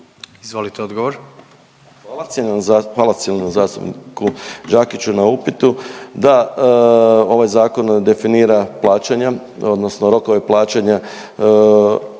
**Majdak, Tugomir** Hvala cijenjenom zastupniku Đakiću na upitu. Da, ovaj zakon definira plaćanja odnosno rokove plaćanja